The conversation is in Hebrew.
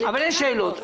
אבל יש שאלות.